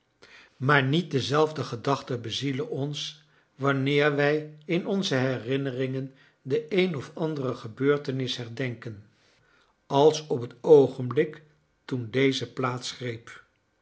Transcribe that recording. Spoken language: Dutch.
maar niet dezelfde gedachten bezielen ons wanneer wij in onze herinneringen de een of andere gebeurtenis herdenken als op het oogenblik toen deze plaats greep